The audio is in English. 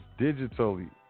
digitally